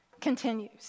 continues